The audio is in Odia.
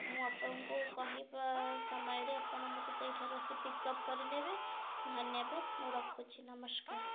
ମୁଁ ଆପଣଙ୍କୁ କହିବା ସମୟରେ ଆପଣ ମୋତେ ସେଇଠାରୁ ଆସି ପିକ୍ଅପ୍ କରି ନେବେ ଧନ୍ୟବାଦ ମୁଁ ରଖୁଛି ନମସ୍କାର